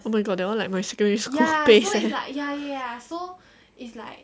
oh my god that one like my secondary school place leh